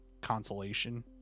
consolation